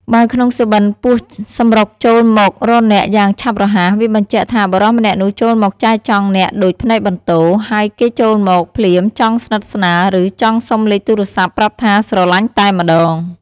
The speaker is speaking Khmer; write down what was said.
បើក្នុងសុបិន្ត ពស់សម្រុកចូលមករកអ្នកយ៉ាងឆាប់រហ័ស វាបញ្ជាក់ថា បុរសម្នាក់នោះចូលមកចែចង់អ្នកដូចផ្លេកបន្ទោរ ហើយគេចូលមក ភ្លាមចង់ស្និទ្ធស្នាល ឬ ចង់សុំលេខទូរស័ព្ទប្រាប់ថាស្រលាញ់តែម្តង។